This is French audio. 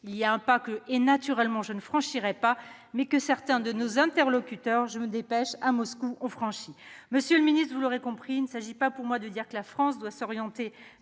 il y a un pas que, naturellement, je ne franchirai pas, mais que certains de nos interlocuteurs à Moscou ont sauté. Monsieur le ministre d'État, vous l'aurez compris, il ne s'agissait pas pour moi de dire que la France doit s'orienter